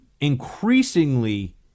increasingly